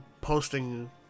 posting